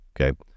Okay